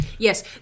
Yes